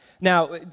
Now